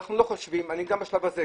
גם בשלב הזה,